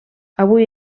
avui